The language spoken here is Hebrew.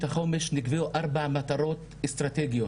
החומש נקבעו ארבע מטרות אסטרטגיות,